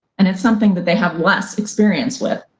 and it's something that they have less experience with.